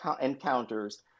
encounters